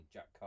Jack